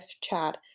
chat